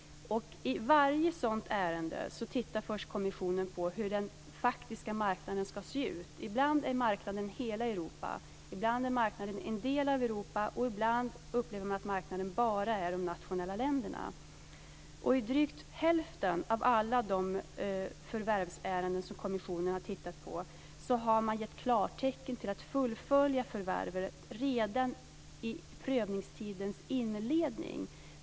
I varje sådant ärende ser kommissionen först till hur den faktiska marknaden ska se ut. Ibland är marknaden hela Europa, ibland är den en del av Europa och ibland upplever man att marknaden utgörs bara av de enskilda länderna. I drygt hälften av alla de förvärvsärenden som kommissionen har studerat har man gett klartecken för ett fullföljande av förvärven redan i prövningstidens inledning.